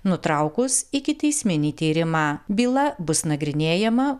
nutraukus ikiteisminį tyrimą byla bus nagrinėjama